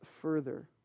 further